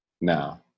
Now